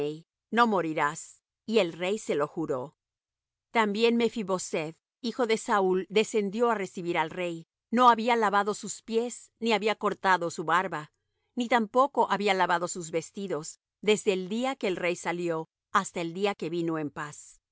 no morirás y el rey se lo juró también mephi boseth hijo de saúl descendió á recibir al rey no había lavado sus pies ni había cortado su barba ni tampoco había lavado sus vestidos desde el día que el rey salió hasta el día que vino en paz